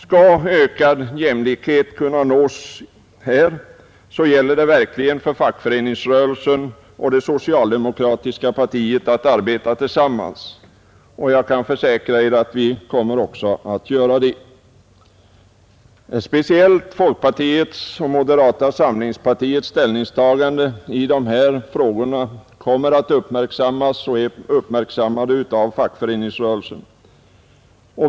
Skall ökad jämlikhet kunna uppnås gäller det verkligen för fackföreningsrörelsen och det socialdemokratiska partiet att arbeta tillsammans. Jag kan försäkra er att vi kommer att göra det. Speciellt folkpartiets och moderata samlingspartiets ställningstagande i dessa frågor uppmärksammas och kommer att uppmärksammas i fackföreningsrörelsen.